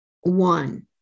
One